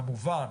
כמובן